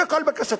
זו כל בקשתנו.